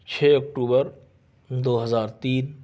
چھ اکٹوبر دو ہزار تین